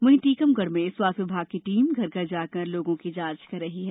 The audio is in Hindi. वहीं टीकमगढ़ में स्वास्थ्य विभाग की टीम घर घर जाकर लोगों की जांच कर रही है